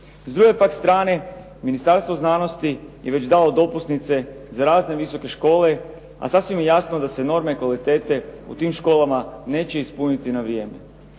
S druge pak strane, Ministarstvo znanosti je već dalo dopusnice za razne visoke škole, a sasvim je jasno da se norme i kvalitete u tim školama neće ispuniti na vrijeme.